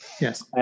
Yes